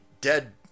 Dead